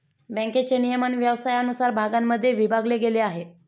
बँकेचे नियमन व्यवसायानुसार भागांमध्ये विभागले गेले आहे